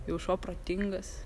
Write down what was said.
jau šuo protingas